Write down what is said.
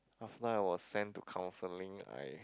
after I was sent to counselling I